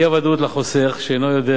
אי-ודאות לחוסך, שאינו יודע